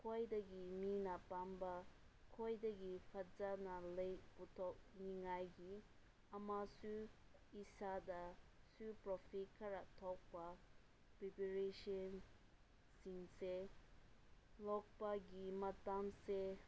ꯈ꯭ꯋꯥꯏꯗꯒꯤ ꯃꯤꯅ ꯄꯥꯝꯕ ꯈ꯭ꯋꯥꯏꯗꯒꯤ ꯐꯖꯅ ꯂꯩ ꯄꯨꯊꯣꯛꯅꯤꯡꯉꯥꯏꯒꯤ ꯑꯃꯁꯨꯡ ꯏꯁꯥꯗꯁꯨ ꯄ꯭ꯔꯣꯐꯤꯠ ꯈꯔ ꯊꯣꯛꯄ ꯄ꯭ꯔꯤꯄꯔꯦꯁꯟꯁꯤꯡꯁꯦ ꯂꯣꯛꯄꯒꯤ ꯃꯇꯝꯁꯦ